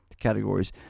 categories